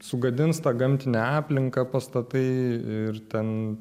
sugadins tą gamtinę aplinką pastatai ir ten